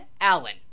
Allen